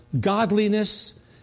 godliness